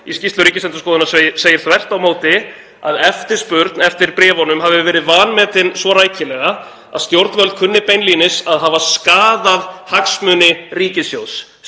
Í skýrslu Ríkisendurskoðunar segir þvert á móti að eftirspurn eftir bréfunum hafi verið vanmetin svo rækilega að stjórnvöld kunni beinlínis að hafa skaðað hagsmuni ríkissjóðs.